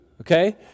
okay